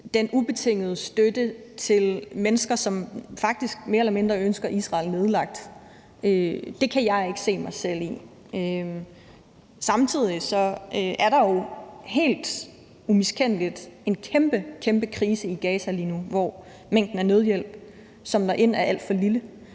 man kommer med til de mennesker, som mere eller mindre ønsker Israel nedlagt. Det kan jeg ikke se mig selv i. Samtidig er der jo helt umiskendeligt en kæmpe, kæmpe krise i Gaza lige nu, hvor mængden af nødhjælp, som når ind, er alt for lille,